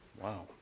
Wow